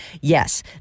yes